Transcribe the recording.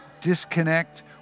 disconnect